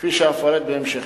כפי שאפרט בהמשך.